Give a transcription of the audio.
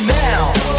now